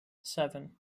seven